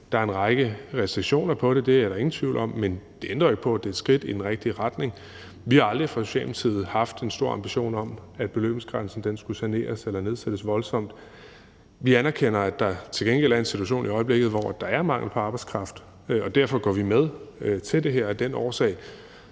der er en række restriktioner på det – det er der ingen tvivl om – men det ændrer jo ikke på, at det er et skridt i den rigtige retning. Vi har fra Socialdemokratiets side aldrig haft en stor ambition om, at beløbsgrænsen skulle saneres eller nedsættes voldsomt. Vi anerkender til gengæld, at der er en situation i øjeblikket, hvor der er mangel på arbejdskraft, og derfor går vi med til det her. Altså,